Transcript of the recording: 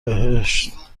بهشت